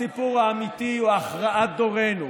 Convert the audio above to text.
הסיפור האמיתי הוא הכרעת דורנו: